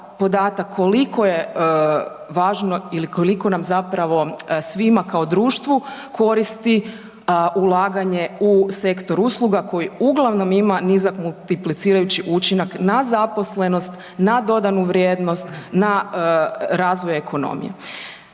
koliko je važno ili koliko nam zapravo svima kao društvu koristi ulaganje u sektor usluga koji uglavnom ima nizak multiplicirajući učinak na zaposlenost, na dodanu vrijednost, na razvoj ekonomije.